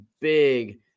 big